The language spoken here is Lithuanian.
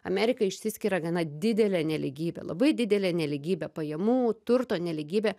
amerika išsiskiria gana didele nelygybe labai didelė nelygybė pajamų turto nelygybė